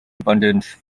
abundance